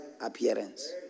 appearance